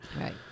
Right